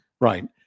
Right